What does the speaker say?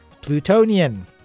Plutonian